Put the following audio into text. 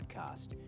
Podcast